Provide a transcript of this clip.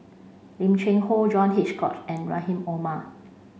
Lim Cheng Hoe John Hitchcock and Rahim Omar